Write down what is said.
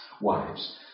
Wives